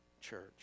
church